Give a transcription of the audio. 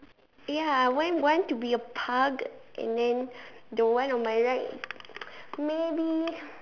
ya I want one to be a pug and then the one on my right maybe